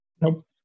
nope